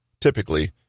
typically